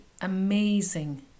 amazing